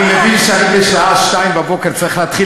אני מבין שאני בשעה 02:00 צריך להתחיל